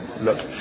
Look